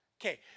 Okay